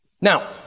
Now